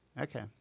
Okay